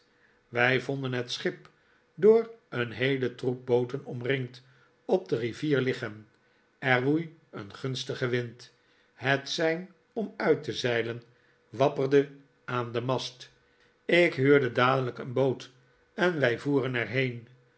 wij vonden het schip door een heelen troep booten omringd op de rivier liggen er woei een gunstige wind het sein om uit te zeilen wapperde aan den mast ik huurde dadelijk een boot en wij voeren er